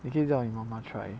你可以叫你妈妈 try